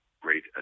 great